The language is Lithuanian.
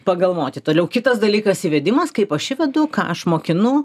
pagalvoti toliau kitas dalykas įvedimas kaip aš įvedu ką aš mokinu